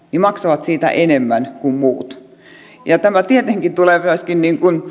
maksavat siitä enemmän kuin muut tämä tietenkin tulee myöskin